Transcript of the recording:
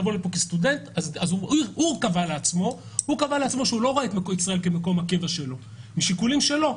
אז הוא קבע לעצמו שהוא לא רואה את ישראל כמקום הקבע שלו משיקולים שלו,